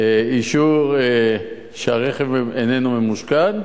האישור שהרכב איננו ממושכן,